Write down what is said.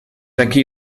aquí